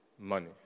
money